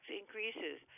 increases